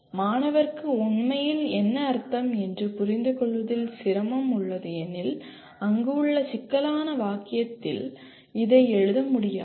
மாணவருக்கு உண்மையில் என்ன அர்த்தம் என்று புரிந்து கொள்வதில் சிரமம் உள்ளது எனில் அங்கு மிகவும் சிக்கலான வாக்கியத்தில் இதை எழுத முடியாது